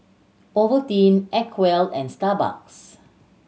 Ovaltine Acwell and Starbucks